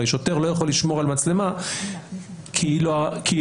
הרי שוטר לא יכול לשמור על מצלמה כי היא לא הראיה.